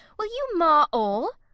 will you mar all?